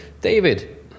David